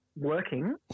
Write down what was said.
working